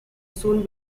soon